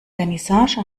vernissage